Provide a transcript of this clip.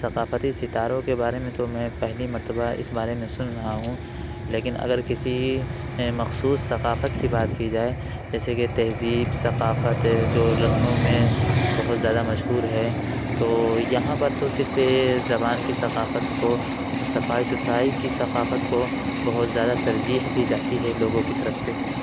ثقافتی ستاروں کے بارے میں تو میں پہلی مرتبہ اس بارے میں سن رہا ہوں لیکن اگر کسی مخصوص ثقافت کی بات کی جائے جیسے کہ تہذیب ثقافت جو لکھنؤ میں بہت زیادہ مشہور ہیں تو یہاں پر تو صرف زبان کی ثقافت کو صفائی ستھرائی کی ثقافت کو بہت زیادہ ترجیح دی جاتی ہے لوگوں کی طرف سے